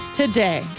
today